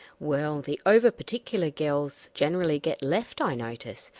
well, the over-particular girls generally get left, i notice.